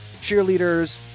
cheerleaders